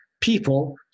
people